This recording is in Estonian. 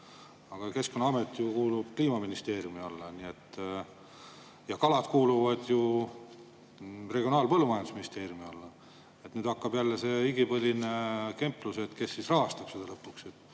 Aga Keskkonnaamet ju kuulub Kliimaministeeriumi alla ja kalad kuuluvad Regionaal‑ ja Põllumajandusministeeriumi alla. Nüüd hakkab jälle see igipõline kemplus, kes siis rahastab seda lõpuks.